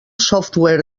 software